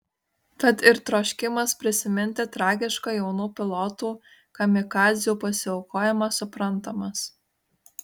tad ir troškimas prisiminti tragišką jaunų pilotų kamikadzių pasiaukojimą suprantamas